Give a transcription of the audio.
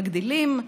מגדילים,